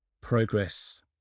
progress